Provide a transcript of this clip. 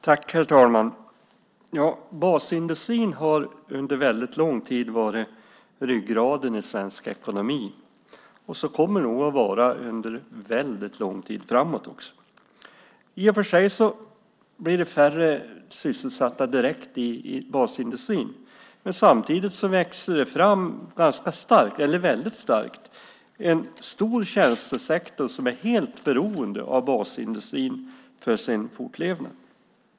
Herr talman! Basindustrin har under väldigt lång tid varit ryggraden i svensk ekonomi och kommer nog att så vara under väldigt lång tid framåt. I och för sig blir det färre sysselsatta direkt i basindustrin, men samtidigt växer det väldigt starkt fram en stor tjänstesektor som är helt beroende av basindustrin för sin fortlevnad.